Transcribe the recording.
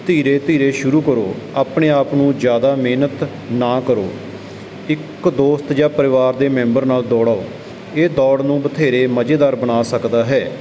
ਧੀਰੇ ਧੀਰੇ ਸ਼ੁਰੂ ਕਰੋ ਆਪਣੇ ਆਪ ਨੂੰ ਜ਼ਿਆਦਾ ਮਿਹਨਤ ਨਾ ਕਰੋ ਇੱਕ ਦੋਸਤ ਜਾਂ ਪਰਿਵਾਰ ਦੇ ਮੈਂਬਰ ਨਾਲ ਦੌੜੋ ਇਹ ਦੌੜ ਨੂੰ ਬਥੇਰੇ ਮਜ਼ੇਦਾਰ ਬਣਾ ਸਕਦਾ ਹੈ